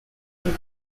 and